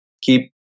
Keep